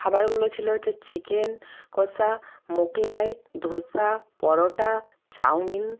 খাবারগুলো ছিলো হচ্ছে চিকেন কষা মোগলাই ধোসা পরোটা চাউমিন